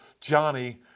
Johnny